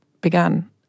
began